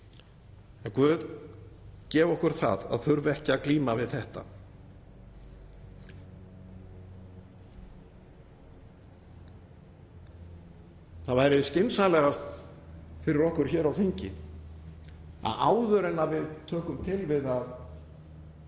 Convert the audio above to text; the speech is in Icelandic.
svo. Guð gefi okkur það að þurfa ekki að glíma við þetta. Það væri skynsamlegast fyrir okkur hér á þingi, áður en við tökum til við að